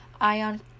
ion